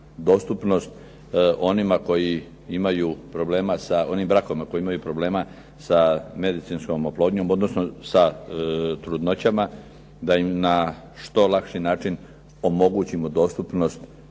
dostupnost onima koji imaju problema, onim brakovima koji imaju problema sa medicinskom oplodnjom, odnosno sa trudnoćama, da im na što lakši način omogućimo dostupnost